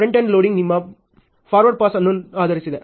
front end loading ನಿಮ್ಮ forward pass ಅನ್ನು ಆಧರಿಸಿದೆ